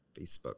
Facebook